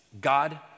God